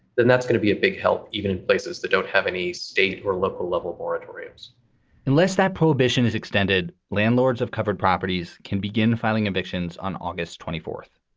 then that's going to be a big help even in places that don't have any state or local level moratoriums unless that prohibition is extended, landlords of covered properties can begin filing evictions on august twenty fourth.